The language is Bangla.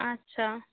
আচ্ছা